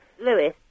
Lewis